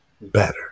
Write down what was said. better